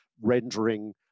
rendering